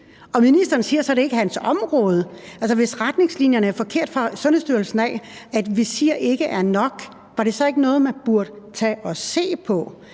ministeren siger så, at det ikke er hans område. Hvis retningslinjerne fra Sundhedsstyrelsen er forkerte og visirer ikke er nok, var det så ikke noget, man burde tage at se på?